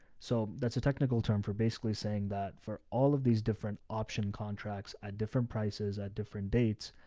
so that's a technical term for basically saying that for all of these different option contracts at different prices at different dates,